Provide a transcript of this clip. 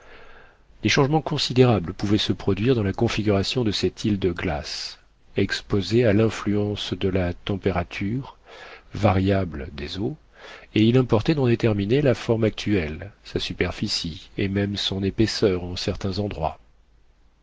des changements considérables pouvaient se produire dans la configuration de cette île de glace exposée à l'influence de la température variable des eaux et il importait d'en déterminer la forme actuelle sa superficie et même son épaisseur en de certains endroits